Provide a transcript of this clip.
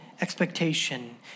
expectation